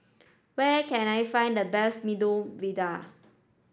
where I can I find the best Medu Vada